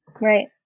right